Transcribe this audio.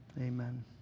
Amen